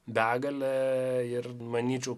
begalė ir manyčiau